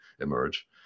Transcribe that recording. emerge